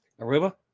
Aruba